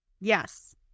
yes